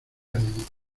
ánimos